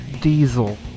Diesel